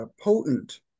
potent